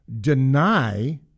deny